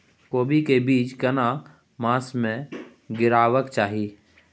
कोबी के बीज केना मास में गीरावक चाही?